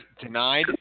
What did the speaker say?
denied